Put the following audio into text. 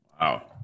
Wow